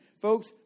folks